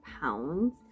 pounds